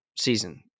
season